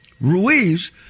Ruiz